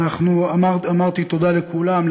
אמרתי תודה לכולם,